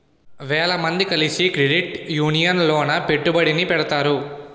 వేల మంది కలిసి క్రెడిట్ యూనియన్ లోన పెట్టుబడిని పెడతారు